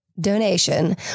donation